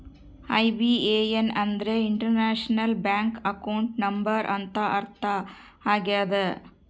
IBAN ಅಂದ್ರೆ international bank account number ಅಂತ ಅರ್ಥ ಆಗ್ಯದ